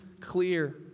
clear